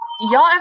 y'all